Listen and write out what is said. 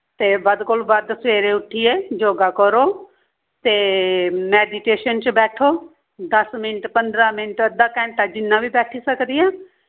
ते बद्ध कोला बद्ध सवेरे उट्ठियै जोगा करो ते मैडिटेशन च बैठो दस मिंट पंदरां मिंट अद्धा घैंटा जिन्ना बी बैठी सकदियां